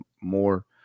more